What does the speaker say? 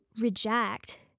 reject